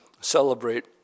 celebrate